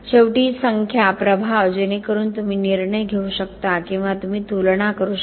शेवटी संख्या प्रभाव जेणेकरून तुम्ही निर्णय घेऊ शकता किंवा तुम्ही तुलना करू शकता